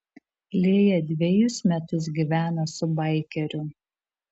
lėja dvejus metus gyveno su baikeriu